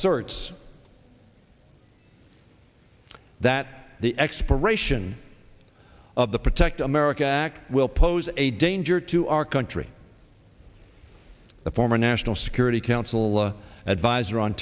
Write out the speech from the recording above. erts that the expiration of the protect america act will pose a danger to our country the former national security council adviser on